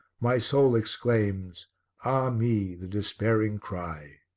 my soul exclaims ah me! the despairing cry!